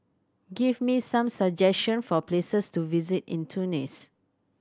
give me some suggestion for places to visit in Tunis